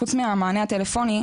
חוץ מהמענה הטלפוני,